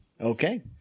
okay